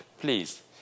please